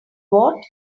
what